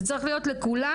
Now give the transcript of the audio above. זה צריך להיות לכולם,